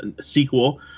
sequel